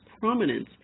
prominence